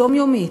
היומיומית,